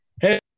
hey